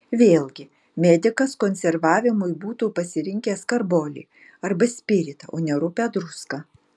vėlgi medikas konservavimui būtų pasirinkęs karbolį arba spiritą o ne rupią druską